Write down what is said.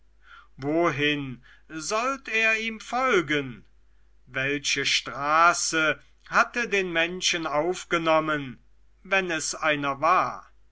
wohin sollte er ihm folgen welche straße hatte den menschen aufgenommen wenn es einer war